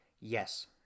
yes